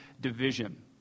division